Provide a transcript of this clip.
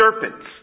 serpents